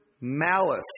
malice